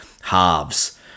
halves